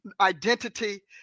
identity